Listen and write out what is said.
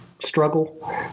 struggle